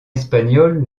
espagnol